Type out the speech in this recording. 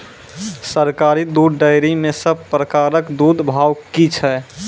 सरकारी दुग्धक डेयरी मे सब प्रकारक दूधक भाव की छै?